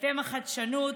אתם החדשנות,